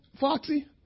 Foxy